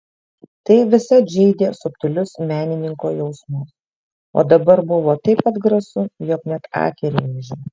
tai visad žeidė subtilius menininko jausmus o dabar buvo taip atgrasu jog net akį rėžė